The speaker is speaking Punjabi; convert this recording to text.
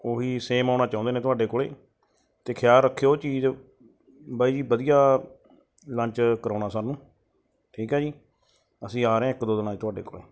ਉਹੀ ਸੇਮ ਆਉਣਾ ਚਾਹੁੰਦੇ ਨੇ ਤੁਹਾਡੇ ਕੋਲ ਅਤੇ ਖਿਆਲ ਰੱਖਿਓ ਉਹ ਚੀਜ਼ ਬਾਈ ਜੀ ਵਧੀਆ ਲੰਚ ਕਰਵਾਉਣਾ ਸਾਨੂੰ ਠੀਕ ਆ ਜੀ ਅਸੀਂ ਆ ਰਹੇ ਹਾਂ ਇੱਕ ਦੋ ਦਿਨਾਂ 'ਚ ਤੁਹਾਡੇ ਕੋਲ